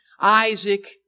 Isaac